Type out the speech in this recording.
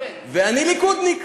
ואני ליכודניק,